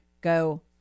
go